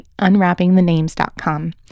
unwrappingthenames.com